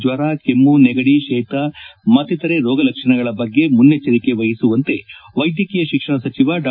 ಜ್ವರ ಕೆಮ್ಮು ನೆಗಡಿ ಶೀತ ಮಕ್ತಿತರೇ ರೋಗ ಲಕ್ಷಣಗಳ ಬಗ್ಗೆ ಮುನ್ನೆಜ್ವರಿಕೆ ವಹಿಸುವಂತೆ ವೈದ್ಧಕೀಯ ಶಿಕ್ಷಣ ಸಜಿವ ಡಾ